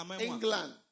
England